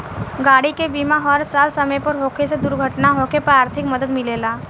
गाड़ी के बीमा हर साल समय पर होखे से दुर्घटना होखे पर आर्थिक मदद मिलेला